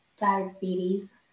Diabetes